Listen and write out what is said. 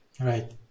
Right